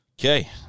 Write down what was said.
Okay